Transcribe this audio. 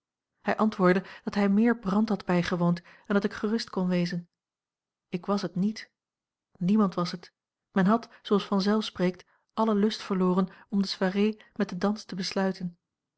hij antwoordde dat hij meer brand had bijgewoond en dat ik gerust kon wezen ik was het niet niemand was het men had zooals vanzelf spreekt allen lust verloren om de soirée met den dans te besluiten